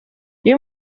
iyo